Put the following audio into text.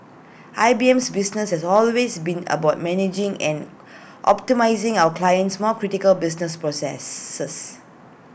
I B M business has always been about managing and optimising our clients more critical business process